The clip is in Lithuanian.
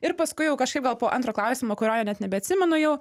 ir paskui jau kažkaip gal po antro klausimo kurio net nebeatsimenu jau